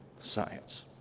science